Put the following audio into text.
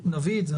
נביא את זה,